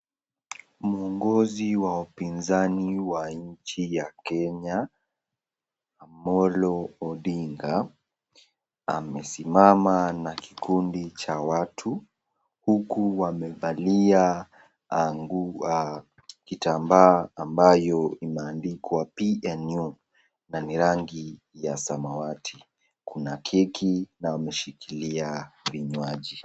Mwongozi wa upinzani wa nchi ya Kenya Amollo Odinga, amesimama kwenye na kikundi cha watu huku wamevalia kitambaa ambayo imeandikwa PNU na ni rangi ya samawati, kuna keki na wameshikilia vinywaji.